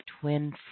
twin